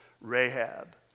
Rahab